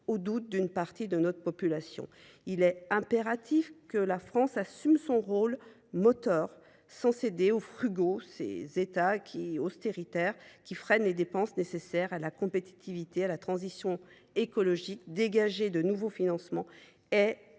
aux doutes d’une partie de notre population. Il est impératif que la France assume son rôle moteur sans céder aux « frugaux », ces États « austéritaires » qui freinent les dépenses nécessaires à la compétitivité et à la transition écologique. Dégager de nouveaux financements est